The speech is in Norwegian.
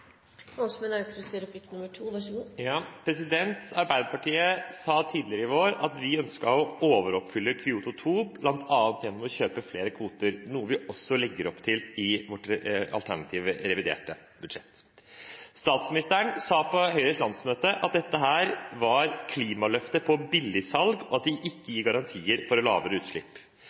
Arbeiderpartiet sa tidligere i vår at vi ønsket å overoppfylle Kyoto 2, bl.a. gjennom å kjøpe flere kvoter, noe vi også legger opp til i vårt alternative reviderte nasjonalbudsjett. Statsministeren sa på Høyres landsmøte at dette var klimaløftet på billigsalg, og at det ikke gir garantier for lavere utslipp.